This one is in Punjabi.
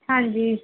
ਹਾਂਜੀ